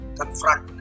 confront